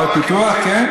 עיירות פיתוח כן?